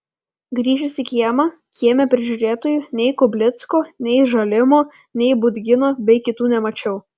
grįžęs į kiemą kieme prižiūrėtojų nei kublicko nei žalimo nei budgino bei kitų nemačiau